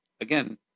again